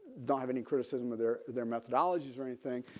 don't have any criticism of their their methodologies or anything.